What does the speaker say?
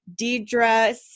Deidre